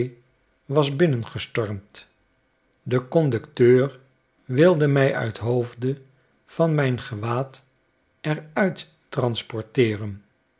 was binnengestormd de conducteur wilde mij uithoofde van mijn gewaad er uit transporteeren